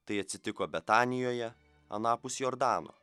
tai atsitiko betanijoje anapus jordano